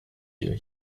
you